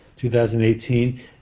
2018